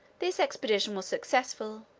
this expedition was successful.